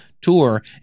tour